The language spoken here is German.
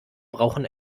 brauchen